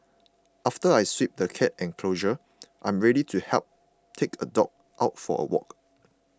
after I sweep the cat enclosure I am ready to help take a dog out for a walk